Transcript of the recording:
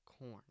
Corn